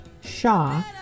Shaw